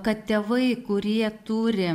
kad tėvai kurie turi